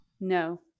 No